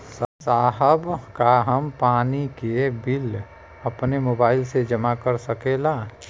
साहब का हम पानी के बिल अपने मोबाइल से ही जमा कर सकेला?